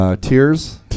Tears